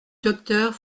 docteur